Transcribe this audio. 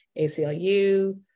ACLU